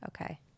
Okay